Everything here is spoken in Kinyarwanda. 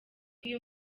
iyo